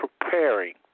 Preparing